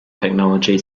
technology